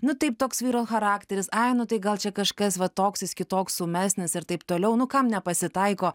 nu taip toks vyro charakteris ai nu tai gal čia kažkas va toks jis kitoks ūmesnis ir taip toliau nu kam nepasitaiko